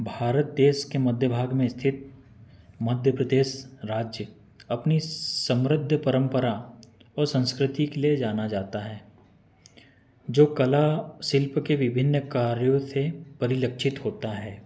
भारत देश के मध्य भाग में स्थित मध्य प्रदेश राज्य अपनी समृद्ध परंपरा और संस्कृति के लिए जाना जाता है जो कला शिल्प के विभिन्न कार्यों से परिलक्षित होता है